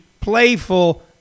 playful